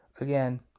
Again